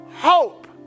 hope